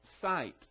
sight